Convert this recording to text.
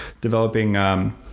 developing